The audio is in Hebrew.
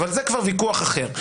אבל זה כבר ויכוח אחר.